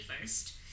first